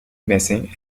missing